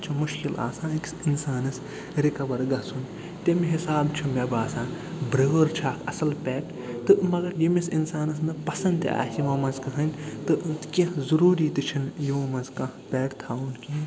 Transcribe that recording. پتہٕ چھُ مشکِل آسان أکِس اِنسانس رِکَوَر گَژھُن تَمہِ حِساب چھُ مےٚ باسان بٔرٲر چھِ اکھ اَصٕل پٮ۪ٹ تہٕ مگر ییٚمِس اِنسانس نہٕ پسنٛد تہِ آسہِ یِمو منٛز کٕہٕنۍ تہٕ کیٚنٛہہ ضُروٗری تہِ چھُنہٕ یِمو منٛز کانٛہہ پٮ۪ٹ تھاوُن کِہیٖنۍ